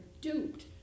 duped